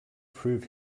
prove